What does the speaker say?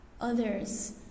others